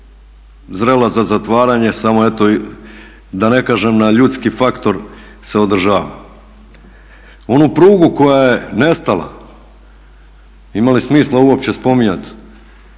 zrela za zatvaranje samo eto da ne kažem na ljudski faktor se održava. Onu prugu koja je nestala, ima li smisla uopće spominjati,